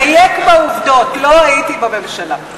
לדייק בעובדות: לא הייתי בממשלה.